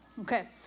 Okay